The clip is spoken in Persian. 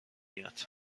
یاد